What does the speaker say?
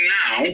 now